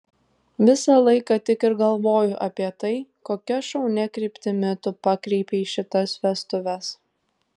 visą laiką tik ir galvoju apie tai kokia šaunia kryptimi tu pakreipei šitas vestuves